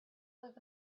live